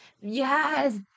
Yes